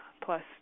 plus